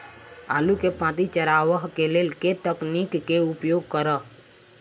आलु केँ पांति चरावह केँ लेल केँ तकनीक केँ उपयोग करऽ?